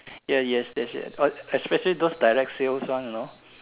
yes yes yes yes oh especially those direct sales one you know